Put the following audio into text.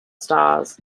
stars